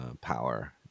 power